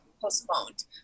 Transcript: postponed